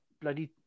bloody